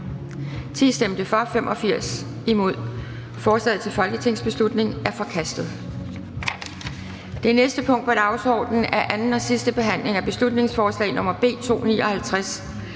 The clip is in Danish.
stemte 0. Forslaget til folketingsbeslutning er forkastet. --- Det næste punkt på dagsordenen er: 38) 2. (sidste) behandling af beslutningsforslag nr.